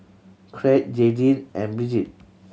Crete Jaydin and Brigid